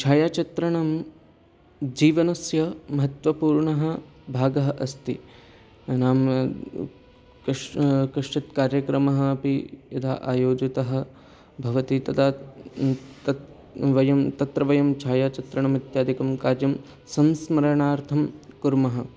छायाचित्रणं जीवनस्य महत्वपूर्णः भागः अस्ति नाम कश् कश्चित् कार्यक्रमः अपि यदा आयोजितः भवति तदा तत्र वयं छायाचित्रणम् इत्यादिकं कार्यं संस्मरणार्थं कुर्मः